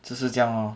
就是这样 lor